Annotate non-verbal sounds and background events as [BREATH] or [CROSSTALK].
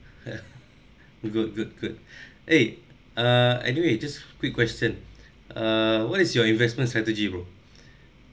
[LAUGHS] good good good [BREATH] eh uh anyway just quick question uh what is your investment strategy bro [BREATH]